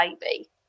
baby